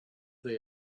they